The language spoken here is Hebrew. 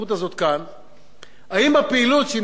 האם בפעילות שניסיתי לעשות חיזקתי,